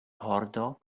pordo